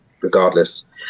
Regardless